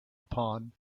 upon